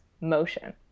motion